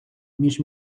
між